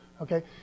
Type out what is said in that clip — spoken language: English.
Okay